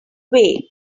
way